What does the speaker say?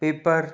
paper